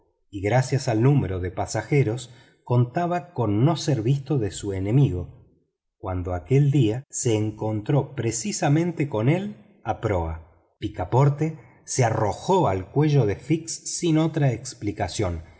y gracias al número de pasajeros contaba con no ser visto de su enemigo cuando aquel día se encontró precisamente con él a proa picaporte se arrojó al cuello de fix sin otra explicación